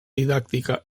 didàctica